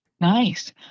Nice